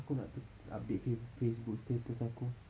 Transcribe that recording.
aku nak tu update facebook status aku